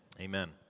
amen